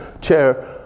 chair